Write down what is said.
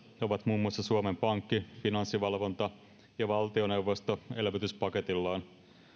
ovat muun muassa suomen pankki finanssivalvonta ja valtioneuvosto elvytyspaketillaan